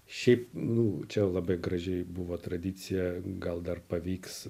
šiaip nu čia labai gražiai buvo tradicija gal dar pavyks